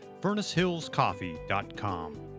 FurnaceHillsCoffee.com